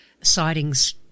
sightings